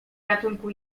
ratunku